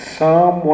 Psalm